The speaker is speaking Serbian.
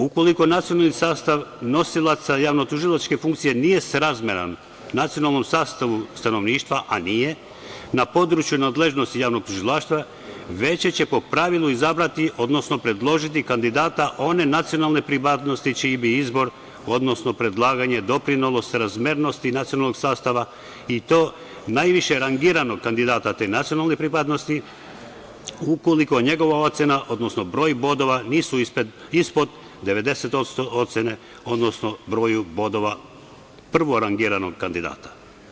Ukoliko nacionalni sastav nosilaca javnotužilačke funkcije nije srazmeran nacionalnom sastavu stanovništva, a nije, na području nadležnosti javnog tužilaštva veće će po pravilu izabrati, odnosno predložiti kandidata one nacionalne pripadnosti čiji bi izbor, odnosno predlaganje doprinelo srazmernosti nacionalnog sastava, i to najviše rangiranog kandidata te nacionalne pripadnosti, ukoliko njegova ocena, odnosno broj bodova nisu ispod 90% ocene, odnosno broja bodova prvorangiranog kandidata.